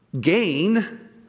gain